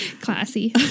classy